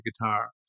guitar